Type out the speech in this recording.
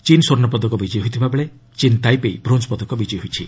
ଚୀନ୍ ସ୍ପର୍ଣ୍ଣ ପଦକ ବିଜୟୀ ହୋଇଥିବା ବେଳେ ଚୀନ୍ ତାଇପେଇ ବ୍ରୋଞ୍ଜ୍ ପଦକ ବିଜୟୀ ହୋଇଛି